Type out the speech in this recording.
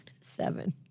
Seven